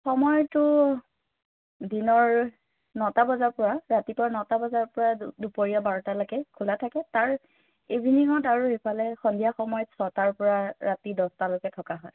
সময়টো দিনৰ নটা বজাৰ পৰা ৰাতিপুৱা নটা বজাৰ পৰা দুপৰীয়া বাৰটালৈকে খোলা থাকে তাৰ ইভিনিঙত আৰু সেইফালে সন্ধিয়া সময়ত ছটাৰ পৰা ৰাতি দহটালৈকে থকা হয়